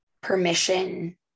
permission